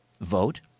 vote